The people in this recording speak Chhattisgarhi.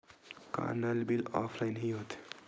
का नल बिल ऑफलाइन हि होथे?